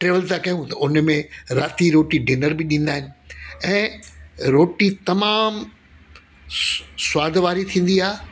travel था कयूं त उनमें राति जी रोटी डिनर बि ॾींदा आहिनि ऐं रोटी तमामु सु स्वादु वारी थींदी आहे